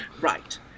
Right